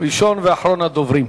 ראשון ואחרון הדוברים.